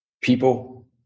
People